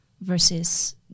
versus